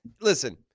listen